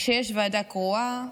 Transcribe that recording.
כשיש ועדה קרואה,